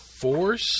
Force